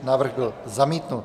Návrh byl zamítnut.